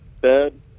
bed